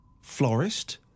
florist